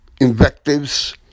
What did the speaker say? invectives